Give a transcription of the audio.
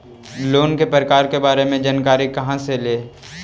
Loan के प्रकार के बारे मे जानकारी कहा से ले?